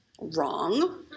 Wrong